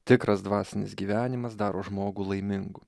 tikras dvasinis gyvenimas daro žmogų laimingu